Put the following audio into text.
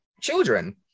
children